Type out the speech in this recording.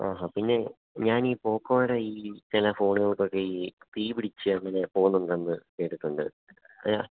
ആഹാ പിന്നെ ഞാൻ ഈ പോക്കോയുടെ ഈ ചില ഫോണുകൾക്കൊക്കെ ഈ തീപിടിച്ചങ്ങനെ പോകുന്നുണ്ടെന്ന് കേട്ടിട്ടുണ്ട്